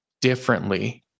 differently